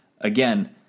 Again